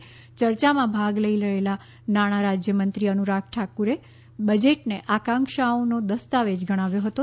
યર્યામાં ભાગ લઈ રહેલા નાણાં રાજ્ય મંત્રી અનુરાગ ઠાકુરે બજેટને આકાંક્ષાઓનો દસ્તાવેજ ગણાવ્યું હતું